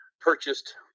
purchased